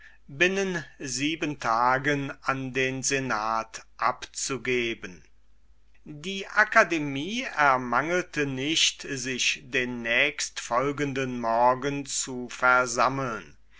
binnen sieben tagen an den senat abzugeben die akademie ermangelte nicht sich den nächstfolgenden morgen zu versammeln